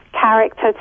character